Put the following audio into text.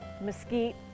mesquite